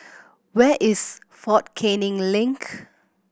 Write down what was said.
where is Fort Canning Link